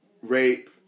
rape